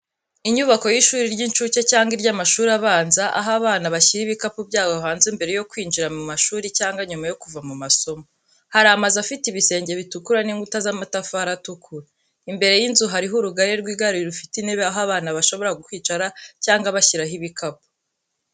Inyubako y’ishuri ry’inshuke cyangwa iry’amashuri abanza, aho abana bashyira ibikapu byabo hanze mbere yo kwinjira mu mashuri cyangwa nyuma yo kuva mu masomo. Hari amazu afite ibisenge bitukura n'inkuta z'amatafari atukura. Imbere y’inzu hariho urugari rw’igare rufite intebe aho abana bashobora kwicara cyangwa bashyiraho ibikapu.